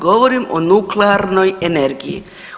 Govorim o nuklearnoj energiji.